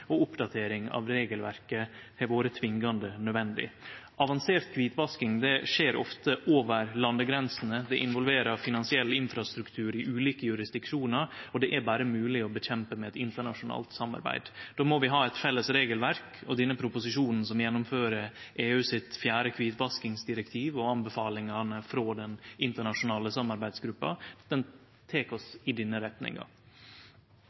og oppdatering av regelverket har vore tvingande nødvendig. Avansert kvitvasking skjer ofte over landegrensene. Det involverer finansiell infrastruktur i ulike jurisdiksjonar, og det er berre mogleg å nedkjempe dette med eit internasjonalt samarbeid. Då må vi ha eit felles regelverk, og denne proposisjonen, som gjennomfører EUs fjerde kvitvaskingsdirektiv og anbefalingane frå den internasjonale samarbeidsgruppa, tek oss i den retninga.